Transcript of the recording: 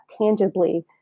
tangibly